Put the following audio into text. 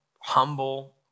humble